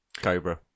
Cobra